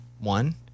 one